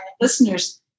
listeners